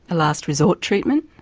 a last resort treatment?